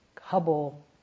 Hubble